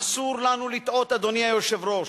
אסור לנו לטעות, אדוני היושב-ראש,